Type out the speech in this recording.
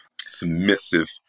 submissive